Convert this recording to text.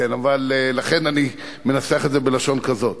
לכן אני מנסח את זה בלשון כזאת.